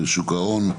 שוק ההון?